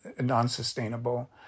non-sustainable